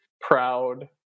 proud